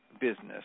business